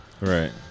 right